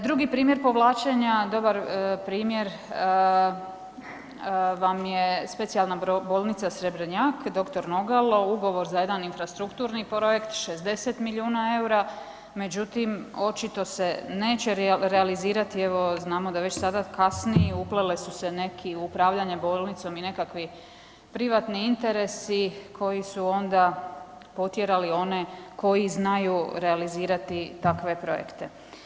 Drugi primjer povlačenja, dobar primjer vam je Specijalna bolnica Srebrnjak, dr. Nogalo, ugovor za jedan infrastrukturni projekt 60 miliona EUR-a, međutim očito se neće realizirati, evo znamo da već sada kasni, upleli su se neki u upravljanje bolnicom i nekakvi privatni interesi koji su onda potjerali one koji znaju realizirati takve projekte.